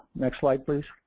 next slide please.